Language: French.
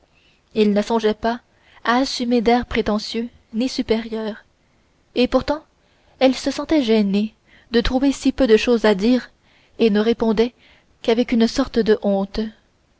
il ne songeait pas à assumer d'airs prétentieux ni supérieurs et pourtant elle se sentait gênée de trouver si peu de chose à dire et ne répondait qu'avec une sorte de honte